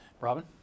Robin